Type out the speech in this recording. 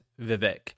Vivek